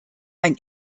ein